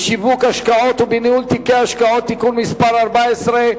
בשיווק השקעות ובניהול תיקי השקעות (תיקון מס' 14),